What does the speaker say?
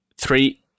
three